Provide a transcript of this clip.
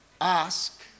ask